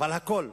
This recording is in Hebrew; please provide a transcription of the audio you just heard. אבל הכול,